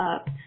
up